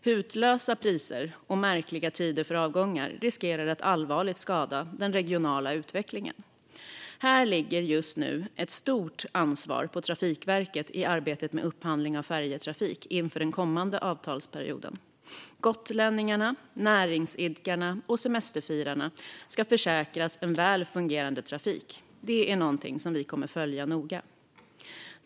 Hutlösa priser och märkliga tider för avgångar riskerar att allvarligt skada den regionala utvecklingen. Här ligger just nu ett stort ansvar på Trafikverket i arbetet med upphandling av färjetrafik inför den kommande avtalsperioden. Gotlänningarna, näringsidkarna och semesterfirarna ska försäkras en väl fungerande trafik. Det är något vi kommer att följa noga.